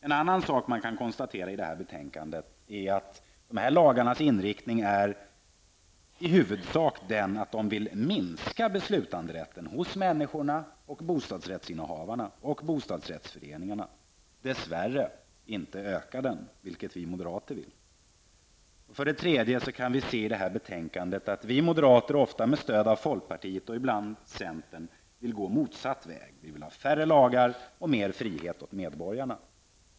För det andra kan man konstatera att lagarnas inriktning i huvudsak är att minska beslutanderätten för de enskilda människorna -- bostadsrättshavarna och för bostadsrättföreningarna -- dess värre inte att öka den, vilket vi moderater vill. För det tredje framgår av betänkandet att vi moderater, ofta med stöd av folkpartiet och ibland centern, vill gå motsatt väg. Vi vill ha färre lagar och mer frihet åt medborgarna.